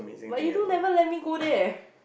but you don't ever let me go there